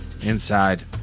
inside